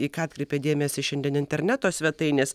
į ką atkreipia dėmesį šiandien interneto svetainės